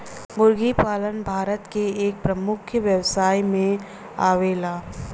मुर्गी पालन भारत के एक प्रमुख व्यवसाय में आवेला